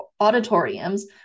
auditoriums